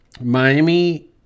Miami